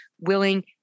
willing